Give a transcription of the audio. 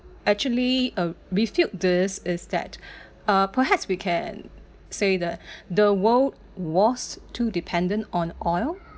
actually uh refute this is that uh perhaps we can say that the world was too dependent on oil